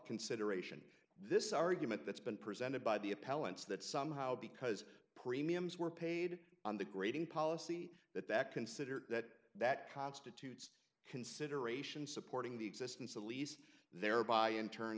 consideration this argument that's been presented by the appellants that somehow because premiums were paid on the grading policy that that considered that that constitute consideration supporting the existence of lease thereby in turn